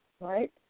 right